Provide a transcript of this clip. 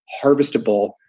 harvestable